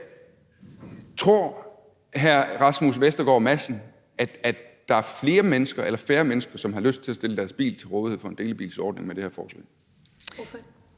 tror hr. Rasmus Vestergaard Madsen så, at der er flere mennesker eller færre mennesker, som har lyst til at stille deres bil til rådighed for en delebilsordning med det her forslag?